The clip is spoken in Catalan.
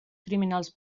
criminals